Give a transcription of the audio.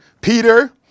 peter